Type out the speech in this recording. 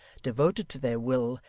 devoted to their will,